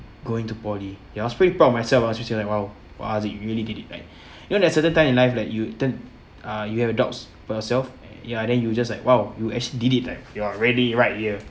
going to poly ya I was pretty proud of myself lah I was just like !wow! !wah! haziq you really did it right you know that certain time in life like you turn uh you have a doubts for yourself ya then you just like !wow! you actually did it like you're already right here